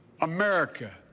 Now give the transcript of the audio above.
America